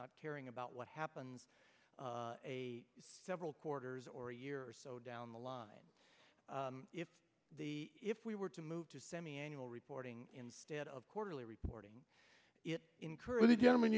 not caring about what happens a several quarters or a year or so down the line if the if we were to move to semiannual reporting instead of quarterly reporting it incur the gentleman